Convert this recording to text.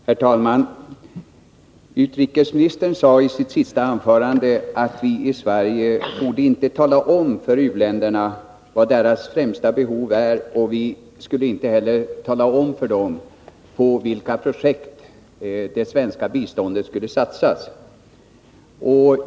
Herr talman! Utrikesministern sade i sitt senaste anförande att vi i Sverige inte borde tala om för u-länderna vad deras främsta behov är och inte heller tala om för dem på vilka projekt som det svenska biståndet skall satsas.